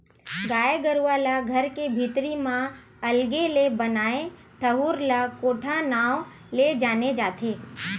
गाय गरुवा ला घर के भीतरी म अलगे ले बनाए ठउर ला कोठा नांव ले जाने जाथे